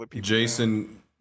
Jason